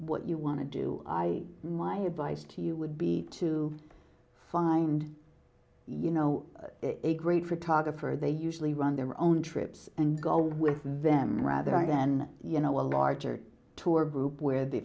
what you want to do i my advice to you would be to find you know a great photographer they usually run their own trips and go with vem rather than you know a larger tour group where the